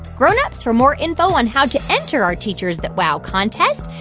grown-ups, for more info on how to enter our teachers that wow contest,